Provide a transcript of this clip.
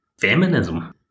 feminism